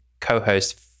co-host